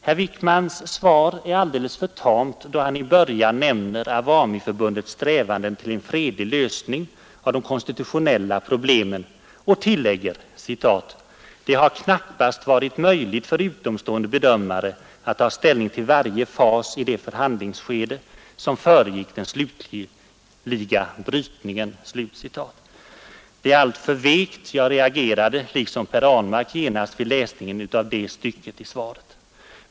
Herr Wickmans svar är alldeles för tamt då han i början nämner Awamiförbundets strävanden till en fredlig lösning av de konstitutionella problemen och tillägger: ”Det har knappast varit möjligt för utomstående bedömare att ta ställning till varje fas i det förhandlingsskede, som föregick den slutliga brytningen.” Det är alltför vekt, och jag reagerade liksom herr Ahlmark genast vid läsningen av det stycket i svaret.